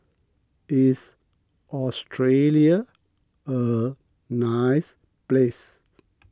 is Australia a nice place